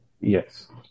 Yes